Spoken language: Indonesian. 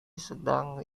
sedang